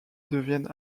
deviennent